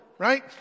Right